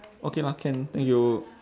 okay lah can thank you